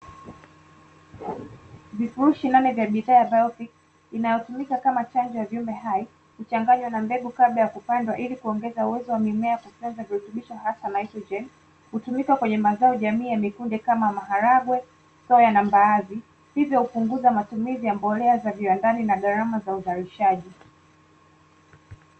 Vifurushi nane vya bidhaa ya "BIOFIX" inayotumika kama chanjo ya viumbe hai, huchanganywa na mbegu kabla ya kupandwa, ili kuongeza uwezo wa mimea kufyonza virutubisho, hasa naitrojeni. Hutumika kwenye mazao jamii ya mikunde kama vile maharage ya soya, na mbaazi, hivyo hupunguza matumizi ya mbolea za viwandani, na gharama za uzalishaji.